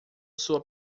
sua